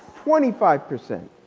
twenty five percent.